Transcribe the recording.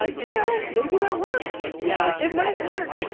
ah you know, maybe that works yeah, it might work